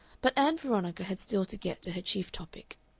but ann veronica had still to get to her chief topic.